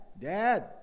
dad